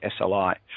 SLI